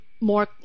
more